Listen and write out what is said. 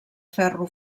ferro